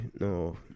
No